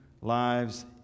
lives